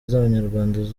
z’abanyarwanda